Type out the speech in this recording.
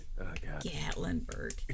Gatlinburg